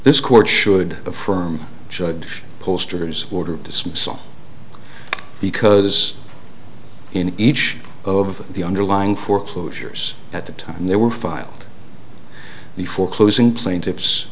this court should affirm judge posters order dismissal because in each of the underlying foreclosures at the time they were filed before closing plaintiffs